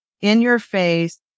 in-your-face